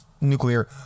nuclear